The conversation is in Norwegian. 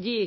gi